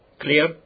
Clear